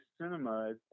cinema